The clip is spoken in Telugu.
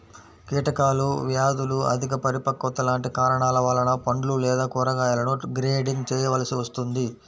కీటకాలు, వ్యాధులు, అధిక పరిపక్వత లాంటి కారణాల వలన పండ్లు లేదా కూరగాయలను గ్రేడింగ్ చేయవలసి వస్తుంది